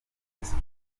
espagne